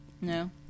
No